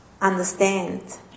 understand